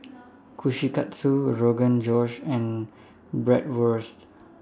Kushikatsu Rogan Josh and Bratwurst